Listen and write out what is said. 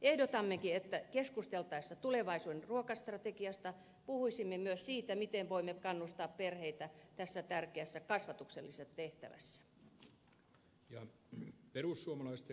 ehdotammekin että keskusteltaessa tulevaisuuden ruokastrategiasta puhuisimme myös siitä miten voimme kannustaa perheitä tässä tärkeässä kasvatuksellisessa tehtävässä